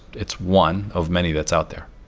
it's one of many that's out there.